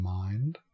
mind